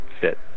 fit